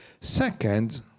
Second